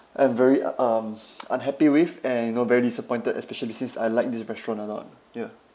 I'm very um unhappy with and you know very disappointed especially since I like this restaurant a lot ya